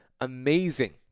amazing